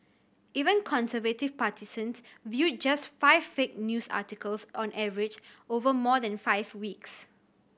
even conservative partisans viewed just five fake news articles on average over more than five weeks